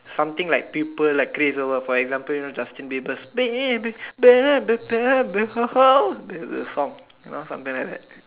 something like people like craze over for example Justin Berber's baby baby baby oh the song you know something like that